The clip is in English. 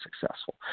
successful